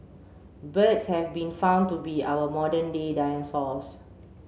birds have been found to be our modern day dinosaurs